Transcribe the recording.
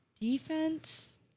Defense